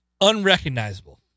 unrecognizable